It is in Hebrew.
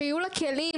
שיהיו לה כלים.